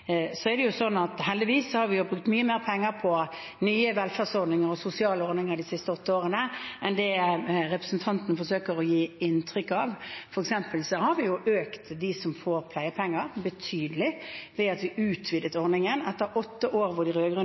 Heldigvis har vi brukt mye mer penger på nye velferdsordninger og sosiale ordninger de siste åtte årene enn det representanten forsøker å gi inntrykk av. For eksempel har antallet som får pleiepenger, økt betydelig, ved at vi utvidet ordningen. Etter åtte år der de